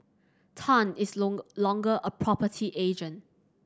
Tan is longer a property agent